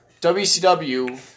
WCW